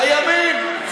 הימין.